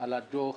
על דוח